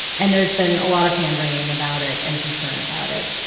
and there's been a lot of hand-wringing about it and concern about it.